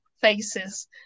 faces